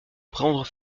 prendre